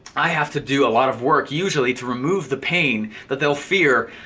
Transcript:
i have to do a lot of work, usually to remove the pain that they'll fear,